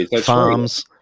farms